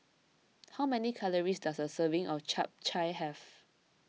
how many calories does a serving of Chap Chai have